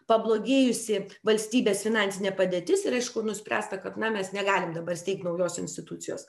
pablogėjusi valstybės finansinė padėtis ir aišku nuspręsta kad na mes negalim dabar steigt naujos institucijos